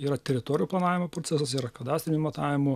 yra teritorijų planavimo procesas yra kadastrinių matavimų